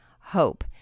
hope